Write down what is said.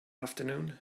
afternoon